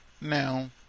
now